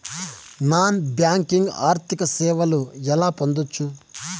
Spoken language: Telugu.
నాన్ బ్యాంకింగ్ ఆర్థిక సేవలు ఎలా పొందొచ్చు?